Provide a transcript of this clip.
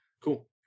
Cool